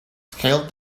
scaled